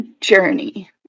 journey